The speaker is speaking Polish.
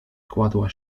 kładła